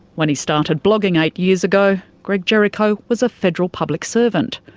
when he started blogging eight years ago, greg jericho was a federal public servant.